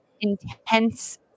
intense